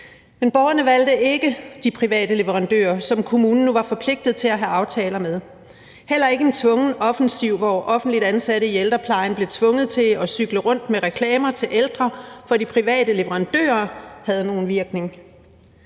Men borgerne valgte ikke de private leverandører, som kommunen nu var forpligtet til at have aftaler med. Heller ikke en tvungen offensiv, hvor offentligt ansatte i ældreplejen blev tvunget til at cykle rundt med reklamer til ældre for de private leverandører, havde nogen virkning.